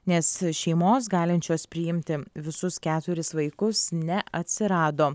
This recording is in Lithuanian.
nes šeimos galinčios priimti visus keturis vaikus neatsirado